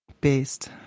based